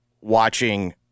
watching